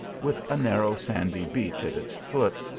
with a narrow sandy beach at its foot,